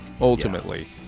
ultimately